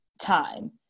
time